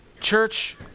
Church